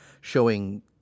showing